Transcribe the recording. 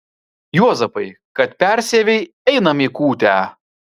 juozapai kad persiavei einam į kūtę